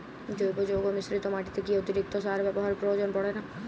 জৈব যৌগ মিশ্রিত মাটিতে কি অতিরিক্ত সার ব্যবহারের প্রয়োজন পড়ে না?